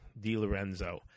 DiLorenzo